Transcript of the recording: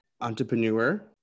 entrepreneur